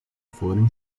forem